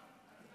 ההצעה